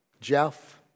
Jeff